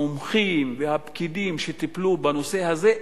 המומחים והפקידים שטיפלו בנושא הזה,